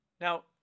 Now